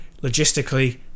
logistically